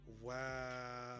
Wow